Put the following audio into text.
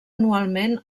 anualment